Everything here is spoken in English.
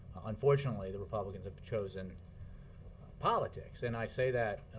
unfortunately, the republicans have chosen politics and i say that